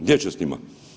Gdje će s njima?